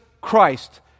christ